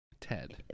Ted